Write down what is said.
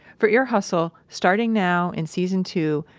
for ear hustle, starting now in season two,